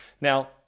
Now